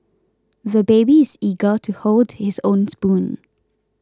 the baby is eager to hold his own spoon